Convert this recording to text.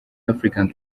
african